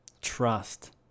trust